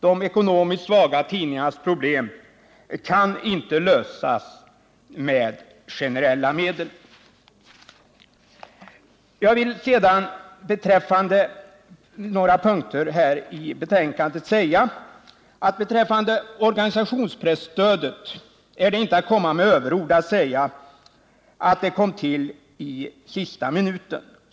De ekonomiskt svaga tidningarnas problem kan inte lösas med generella medel. Jag skall ta upp några punkter i betänkandet. Beträffande organisationspresstödet är det inte överord att säga att stödet kom till i sista minuten.